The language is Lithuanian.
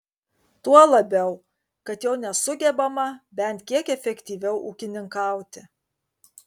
tuo labiau kad jau nesugebama bent kiek efektyviau ūkininkauti